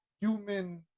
human